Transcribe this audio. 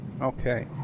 Okay